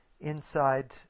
inside